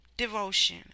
Devotion